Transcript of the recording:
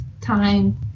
time